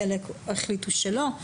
חלק החליטו שלא.